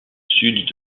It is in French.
sud